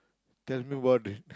tell me what is